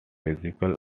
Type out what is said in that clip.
musical